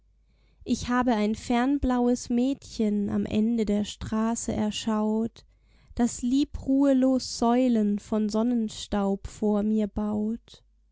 ich habe ein fernblaues mädchen am ende der straße erschaut das liebruhelos säulen von sonnenstaub vor mir baut